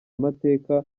amateka